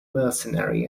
mercenary